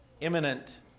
imminent